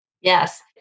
Yes